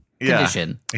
condition